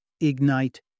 Ignite